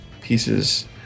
pieces